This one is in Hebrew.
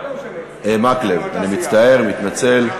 לא נמצא,